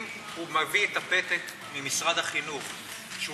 אם הוא מביא את הפתק ממשרד החינוך שהוא